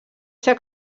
ser